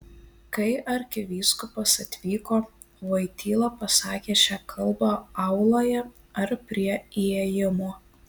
kai arkivyskupas atvyko voityla pasakė šią kalbą auloje ar prie įėjimo